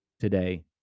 today